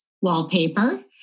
wallpaper